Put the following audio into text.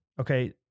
Okay